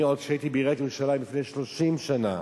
אני, עוד כשהייתי בעיריית ירושלים לפני 30 שנה,